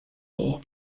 air